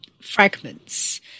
fragments